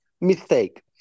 mistake